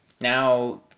Now